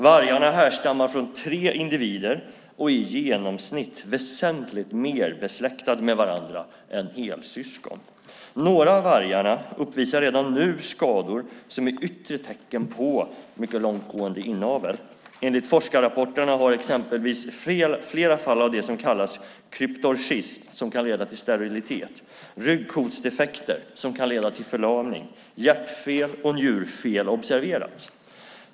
Vargarna härstammar från tre individer och är i genomsnitt väsentligt mer besläktade med varandra än helsyskon. Några av vargarna uppvisar redan nu skador som är yttre tecken på mycket långtgående inavel. Enligt forskarrapporterna har exempelvis flera fall av kryptorchism, som kan leda till sterilitet, ryggkotsdefekter, som kan leda till förlamning, hjärtfel och njurfel observerats.